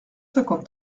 cinquante